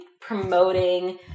promoting